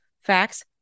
facts